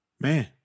man